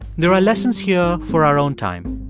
there are lessons here for our own time.